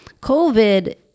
COVID